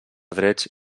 drets